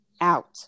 out